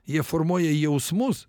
jie formuoja jausmus